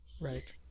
Right